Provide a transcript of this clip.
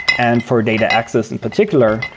and for data axis in particular,